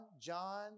John